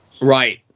Right